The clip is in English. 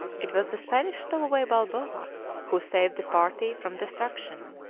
it was the spanish stowaway balboa who saved the party from destruction.